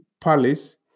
palace